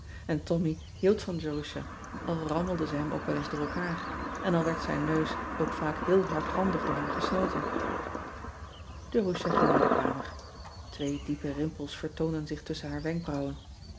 n ommy hield van erusha al rammelde ze hem ook wel eens door elkaar en al werd zijn neus ook vaak heel hardhandig door haar gesnoten erusha ging naar de kamer wee diepe rimpels vertoonden zich tusschen haar wenkbrauwen